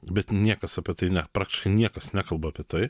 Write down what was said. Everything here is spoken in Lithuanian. bet niekas apie tai ne praktiškai niekas nekalba apie tai